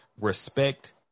respect